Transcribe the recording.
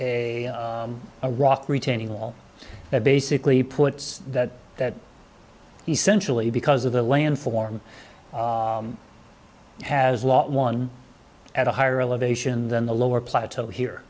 a a rock retaining wall that basically puts that that he centrally because of the land form has lost one at a higher elevation than the lower plateau here